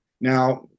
Now